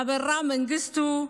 אברה מנגיסטו,